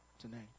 tonight